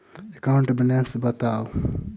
account balance बताउ